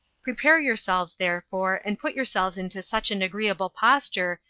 prepare yourselves, therefore, and put yourselves into such an agreeable posture,